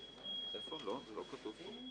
אין בעיה.